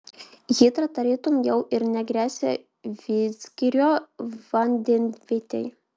hidra tarytum jau ir negresia vidzgirio vandenvietei